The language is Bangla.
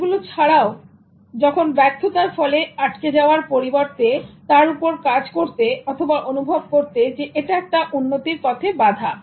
এগুলো ছাড়াও ব্যর্থতার ফলে আটকে যাওয়ার পরিবর্তে তার উপর কাজ করতে অথবা অনুভব করতে যে এটা একটা উন্নতির পথে বাধা